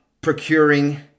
procuring